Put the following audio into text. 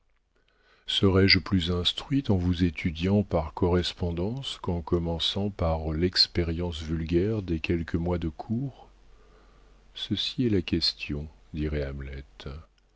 serais-je plus instruite en vous étudiant par correspondance qu'en commençant par l'expérience vulgaire des quelques mois de cour ceci est la question dirait